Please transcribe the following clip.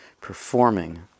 performing